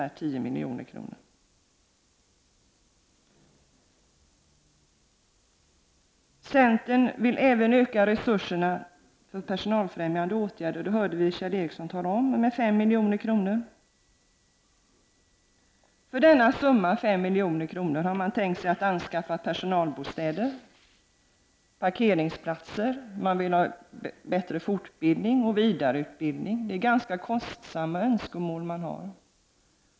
Centern vill även, som vi hörde Kjell Ericsson säga, öka resurserna för personalbefrämjande åtgärder med 5 milj.kr. För denna summa, 5 milj.kr., har man tänkt sig att anskaffa personalbostäder och parkeringsplatser. Vidare vill man ha bättre fortbildning och vidareutbildning. Ett förverkligande av önskemålen är ganska kostsamt.